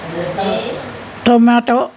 tomato